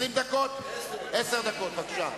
בבקשה,